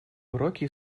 уроки